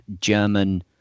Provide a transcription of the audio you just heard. german